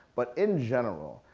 but in general,